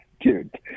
Dude